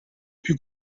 più